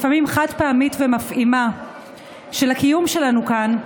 לפעמים חד-פעמית ומפעימה של הקיום שלנו כאן,